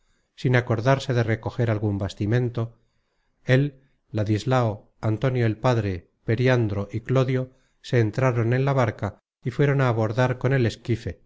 sin acordarse de recoger algun bastimento él ladislao antonio el padre periandro y clodio se entraron en la barca y fueron á abordar con el esquife